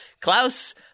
Klaus